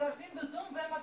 מצטרפים ב-זום ומצביעים.